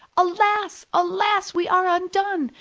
alas! alas! we are undone,